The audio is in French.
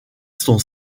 sont